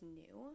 new